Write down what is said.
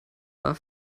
war